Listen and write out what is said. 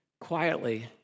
quietly